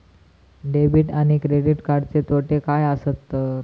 Debit आणि credit कार्डचे तोटे काय आसत तर?